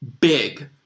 big